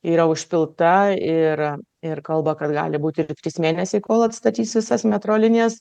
yra užpilta ir ir kalba kad gali būti ir trys mėnesiai kol atstatys visas metro linijas